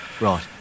right